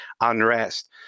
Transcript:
unrest